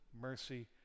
mercy